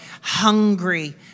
hungry